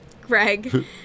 Greg